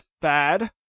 Bad